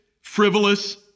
frivolous